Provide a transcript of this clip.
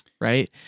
right